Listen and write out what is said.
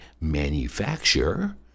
manufacturer